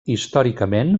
històricament